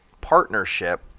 partnership